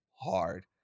hard